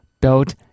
built